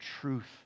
truth